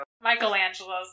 Michelangelo's